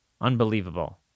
Unbelievable